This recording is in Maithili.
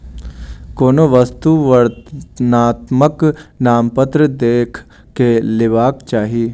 कोनो वस्तु वर्णनात्मक नामपत्र देख के लेबाक चाही